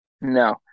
No